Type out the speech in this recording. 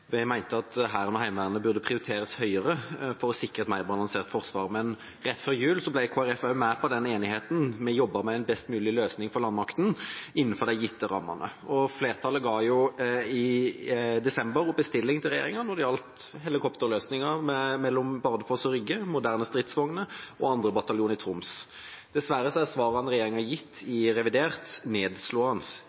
Heimevernet burde prioriteres høyere for å sikre et mer balansert forsvar. Men rett før jul ble også Kristelig Folkeparti med på den enigheten, der vi jobbet med en best mulig løsning for landmakten innenfor de gitte rammene. Og i desember ga jo flertallet en bestilling til regjeringa vedrørende helikopterløsninger mellom Bardufoss og Rygge, moderne stridsvogner og 2. bataljon i Troms. Dessverre er svarene regjeringa har gitt i revidert nedslående